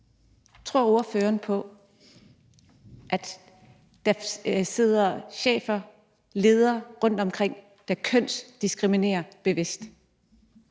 Tror ordføreren på, at der sidder chefer og ledere rundtomkring, der kønsdiskriminerer bevidst?